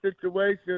situation